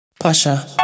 Pasha